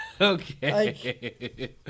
Okay